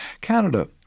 Canada